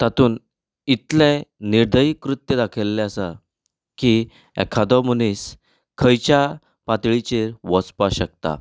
तातूंत इतलें निर्दय कृत्य दाखयल्लें आसा की एखादो मनीस खंयच्याय पातळीचेर वचपाक शकता